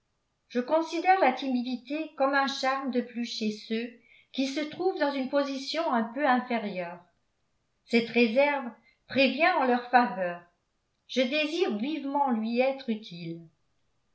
je considère la timidité comme un charme de plus chez ceux qui se trouvent dans une position un peu inférieure cette réserve prévient en leur faveur je désire vivement lui être utile